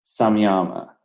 samyama